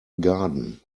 garden